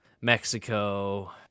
mexico